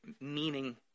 meaning